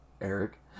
Eric